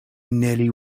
nearly